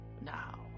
Now